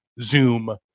Zoom